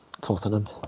Tottenham